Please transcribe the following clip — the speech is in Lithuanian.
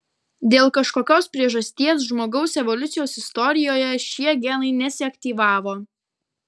dėl kažkokios priežasties žmogaus evoliucijos istorijoje šie genai nesiaktyvavo